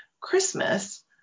Christmas